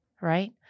Right